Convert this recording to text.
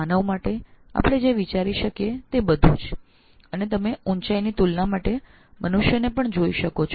માનવ માટે આપણે જે વિચારી શકીએ તે બધું જ અને તમે ઊંચાઈ ની તુલના માટે મનુષ્યને પણ જોઈ શકો છો